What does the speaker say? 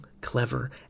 clever